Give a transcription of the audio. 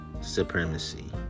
supremacy